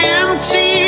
empty